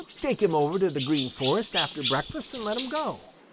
take him over to the green forest after breakfast and let him go,